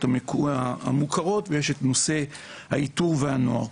המוכרות ויש את נושא האיתור והנוער.